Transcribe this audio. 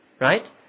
right